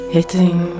Hitting